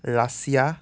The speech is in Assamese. ৰাছিয়া